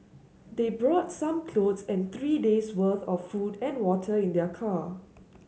they brought some clothes and three days worth of food and water in their car